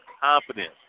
confidence